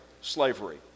slavery